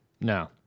No